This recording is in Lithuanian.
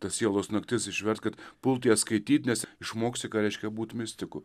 tas sielos naktis išverst kad pult jas skaityt nes išmoksi ką reiškia būt mistiku